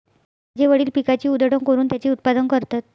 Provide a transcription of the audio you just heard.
माझे वडील पिकाची उधळण करून त्याचे उत्पादन करतात